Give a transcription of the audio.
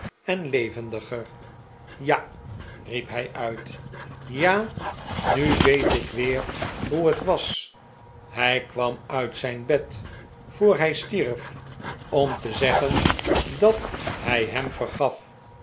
en levendiger ja riep hij uit ja nu weet ik weer hoe het was hij kwam uit zijn bed voor hij stierf om te zeggen dat hij hem vergaf